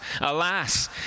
alas